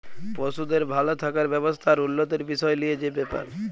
পশুদের ভাল থাকার ব্যবস্থা আর উল্যতির বিসয় লিয়ে যে ব্যাপার